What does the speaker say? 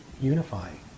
unifying